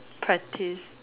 practice